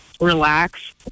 relax